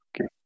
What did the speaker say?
Okay